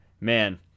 man